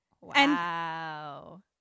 Wow